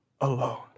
alone